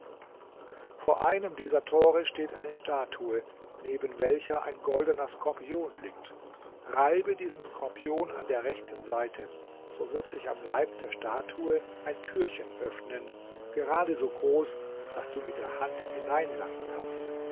vor einem dieser tore steht eine statue neben welcher ein goldener skorpion liegt reibe diesen skorpion an der rechten seite so wird sich am leib der statue ein türchen öffnen gerade so groß daß du mit der hand hineinlangen kannst